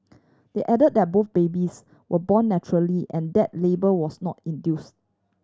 they added that both babies were born naturally and that labour was not induced